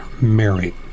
Mary